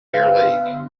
league